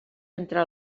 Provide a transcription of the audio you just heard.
entre